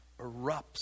erupts